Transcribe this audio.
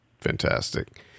fantastic